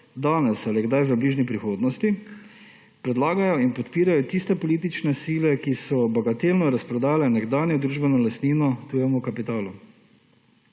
danes ali kdaj v bližnji prihodnosti predlagajo in podpirajo tiste politične sile, ki so bagatelno razprodale nekdanjo družbeno lastnino tujemu kapitalu.